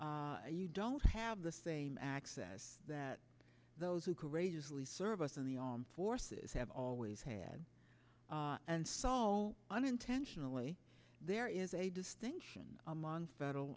there you don't have the same access that those who courageously serve us in the armed forces have always had and so all unintentionally there is a distinction among federal